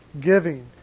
giving